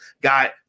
got